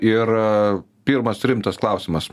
ir pirmas rimtas klausimas